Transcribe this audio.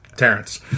Terrence